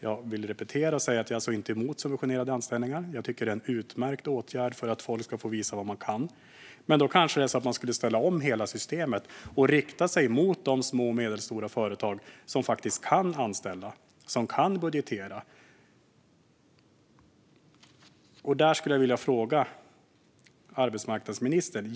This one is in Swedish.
Jag vill repetera och säga att jag alltså inte är emot subventionerade anställningar. Jag tycker att det är en utmärkt åtgärd för att folk ska få visa vad de kan, men då kanske man skulle ställa om hela systemet och rikta sig till de små och medelstora företag som faktiskt kan anställa och budgetera. Jag skulle vilja ställa en fråga till arbetsmarknadsministern.